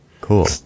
cool